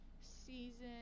season